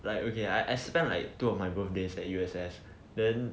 okay like I spend two of my birthdays in U_S_S then